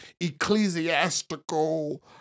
ecclesiastical